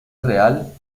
real